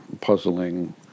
puzzling